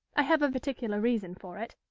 i have a particular reason for it.